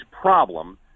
problem